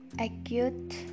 acute